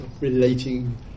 relating